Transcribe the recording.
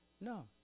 No